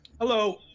hello